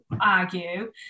argue